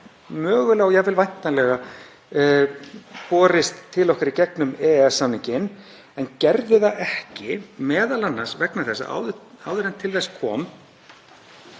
mögulega og jafnvel væntanlega borist til okkar í gegnum EES-samninginn en gerði það ekki, m.a. vegna þess að áður en til þess kom